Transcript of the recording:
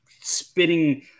spitting